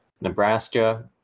Nebraska